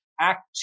Act